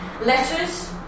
letters